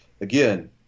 Again